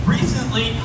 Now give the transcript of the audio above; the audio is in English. Recently